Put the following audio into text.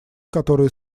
которые